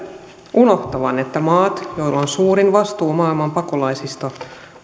unohtavan että maat joilla on suurin vastuu maailman pakolaisista ovat